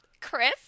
Chris